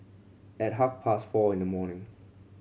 at half past four in the morning